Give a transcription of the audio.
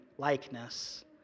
Likeness